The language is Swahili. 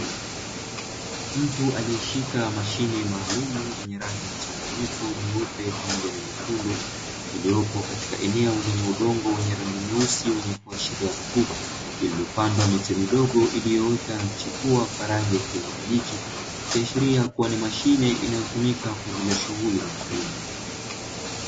Mtu aliyeshika mashine maalumu yenye rangi mchanganyiko nyeupe pamoja na nyekundu, iliyopo katika eneo lenye udongo wenye rangi nyeusi wenye kuashiria rutuba, lililopandwa miche midogo iliyoota na kuchipua kwa rangi ya kijani kibichi ikiashiria kuwa ni mashine inayotumika kwa ajili ya shughuli za kilimo.